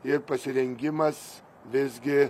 ir pasirengimas visgi